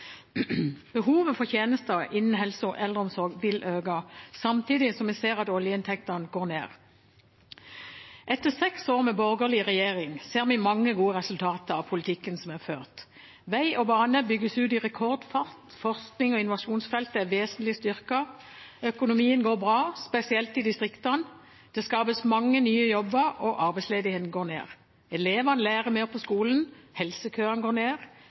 Behovet for tjenester innen helse og eldreomsorg vil øke, samtidig som vi ser at oljeinntektene går ned. Etter seks år med en borgerlig regjering ser vi mange gode resultater av politikken som er ført. Vei og bane bygges ut i rekordfart. Forsknings- og innovasjonsfeltet er vesentlig styrket. Økonomien går bra, spesielt i distriktene. Det skapes mange nye jobber, og arbeidsledigheten går ned. Elevene lærer mer på skolen, helsekøene går ned,